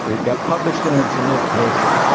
it got published in the journal nature.